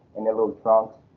and then little trunks.